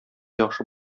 яхшы